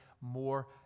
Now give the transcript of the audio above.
more